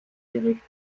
bericht